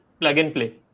plug-and-play